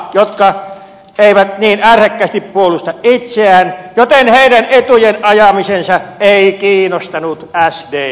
naiset eivät niin ärhäkkäästi puolusta itseään joten heidän etujensa ajaminen ei kiinnostanut sdptä